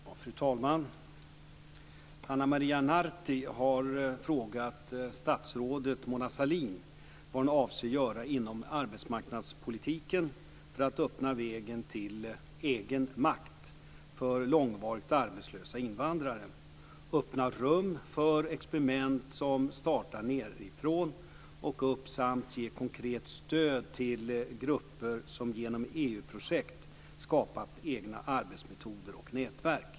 Fru talman! Ana Maria Narti har frågat statsrådet Mona Sahlin vad hon avser att göra inom arbetsmarknadspolitiken för att öppna vägen till "egen makt" för långvarigt arbetslösa invandrare, "öppna rum" för experiment som startar nedifrån och upp samt för att ge konkret stöd till grupper som genom EU-projekt skapat egna arbetsmetoder och nätverk.